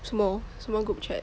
什么什么 group chat